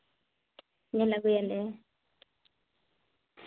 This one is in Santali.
ᱧᱮᱞ ᱟᱹᱜᱩᱭᱟᱞᱮ